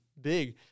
big